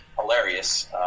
Hilarious